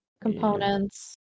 Components